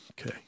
Okay